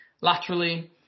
laterally